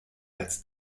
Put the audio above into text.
als